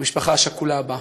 למשפחה השכולה הבאה.